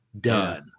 done